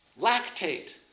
lactate